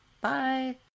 Bye